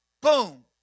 boom